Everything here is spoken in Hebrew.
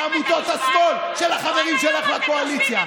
אם את מאמינה שזה בסדר שעמותות השמאל של החברים שלך לקואליציה,